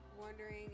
wondering